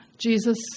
Jesus